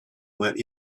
went